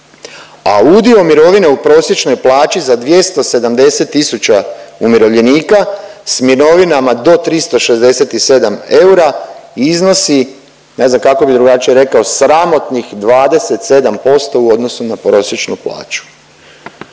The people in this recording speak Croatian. a udio mirovine u prosječnoj plaći za 270 tisuća umirovljenika s mirovinama do 367 eura iznosi, ne znam kako bih drugačije rekao, sramotnih 27% u odnosu na prosječnu plaću.